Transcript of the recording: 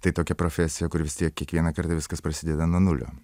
tai tokia profesija kur vis tiek kiekvieną kartą viskas prasideda nuo nulio